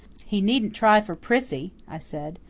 he needn't try for prissy, i said.